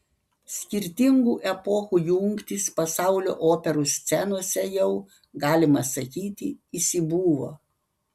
skirtingų epochų jungtys pasaulio operų scenose jau galima sakyti įsibuvo